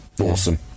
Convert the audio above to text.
awesome